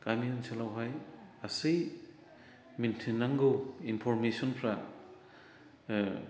गामि ओनसोलावहाय गासै मिन्थिनांगौ इन्फ'रमेसनफोरा